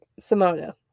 Simona